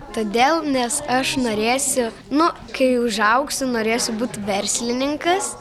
todėl nes aš norėsiu nu kai užaugsiu norėsiu būt verslininkas